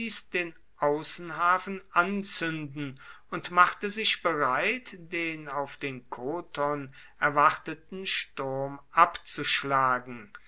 den außenhafen anzünden und machte sich bereit den auf den kothon erwarteten sturm abzuschlagen